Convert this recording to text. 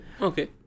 okay